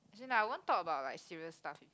as in like I won't talk about like serious stuff with him